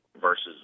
versus